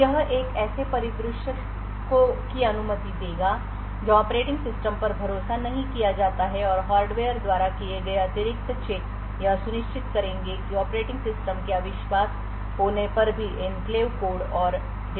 तो यह एक ऐसे परिदृश्य की अनुमति देगा जहां ऑपरेटिंग सिस्टम पर भरोसा नहीं किया जाता है और हार्डवेयर द्वारा किए गए अतिरिक्त चेक यह सुनिश्चित करेंगे कि ऑपरेटिंग सिस्टम के अविश्वास होने पर भी एन्क्लेव कोड और डेटा को सुरक्षित रखा जाए